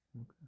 Okay